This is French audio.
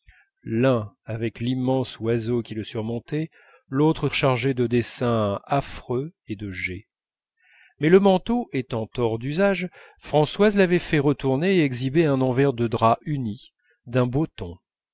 l'un avec l'immense oiseau qui le surmontait l'autre chargé de dessins affreux et de jais mais le manteau étant hors d'usage françoise l'avait fait retourner et exhibait un envers de drap uni d'un beau